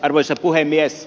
arvoisa puhemies